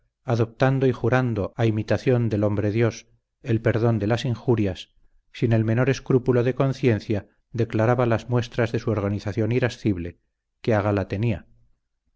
adoptando y jurando a imitación del hombre dios el perdón de las injurias sin el menor escrúpulo de conciencia declaraba las muestras de su organización irascible que a gala tenía